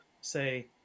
say